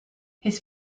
his